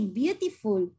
beautiful